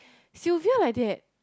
Sylvia like that